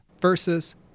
versus